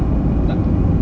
tak